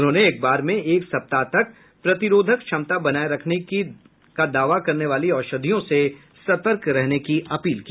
उन्होंने एक बार में एक सप्ताह तक प्रतिरोधक क्षमता बनाए रखने का दावा करने वाली औषधियों से सतर्क रहने की अपील की